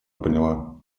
поняла